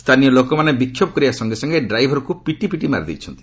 ସ୍ଥାନୀୟ ଲୋକମାନେ ବିକ୍ଷୋଭ କରିବା ସଙ୍ଗେସଙ୍ଗେ ଡ୍ରାଇଭରକୁ ପିଟିପିଟି ମାରିଦେଇଛନ୍ତି